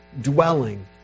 dwelling